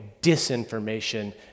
disinformation